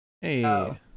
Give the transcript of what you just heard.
hey